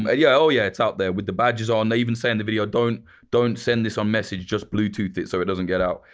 um yeah, oh yeah, it's out there with the badges on. they even say in the video, don't don't send this on message, just bluetooth it so it doesn't get out.